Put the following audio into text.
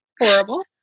horrible